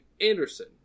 Anderson